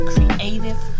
Creative